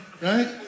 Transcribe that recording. Right